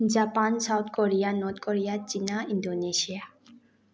Japan South Korea North Korea China Indonesia